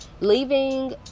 leaving